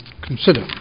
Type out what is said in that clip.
consider